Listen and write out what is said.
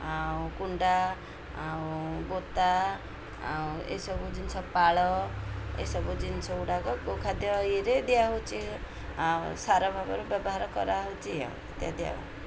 ଆଉ କୁଣ୍ଡା ଆଉ ବୋତା ଆଉ ଏସବୁ ଜିନିଷ ପାଳ ଏସବୁ ଜିନିଷଗୁଡ଼ାକ ଗୋଖାଦ୍ୟ ଇଏରେ ଦିଆହେଉଛି ଆଉ ସାର ଭାବରେ ବ୍ୟବହାର କରାହେଉଛି ଆଉ ଇତ୍ୟାଦି ଆଉ